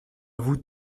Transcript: vous